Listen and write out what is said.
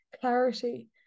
clarity